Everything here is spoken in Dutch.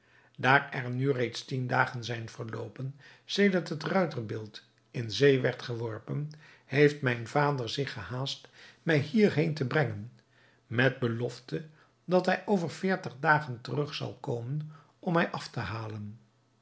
daar er nu reeds tien dagen zijn verloopen sedert het ruiterbeeld in zee werd geworpen heeft mijn vader zich gehaast mij hier heen te brengen met belofte dat hij over veertig dagen terug zal komen om mij af te halen